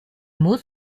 muss